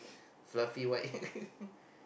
fluffy white